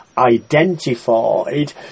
identified